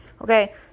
okay